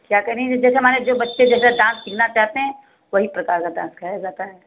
क्या करे जैसे हमारे जो बच्चे जैसे डांस सीखना चाहते हैं वही प्रकार का डांस सिखाया जाता है